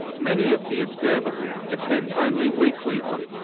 many of the observables depend only weakly on